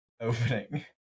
opening